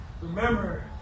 Remember